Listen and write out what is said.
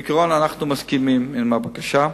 בעיקרון, אנחנו מסכימים לבקשה,